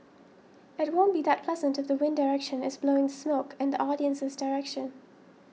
it won't be that pleasant if the wind direction is blowing smoke in the audience's direction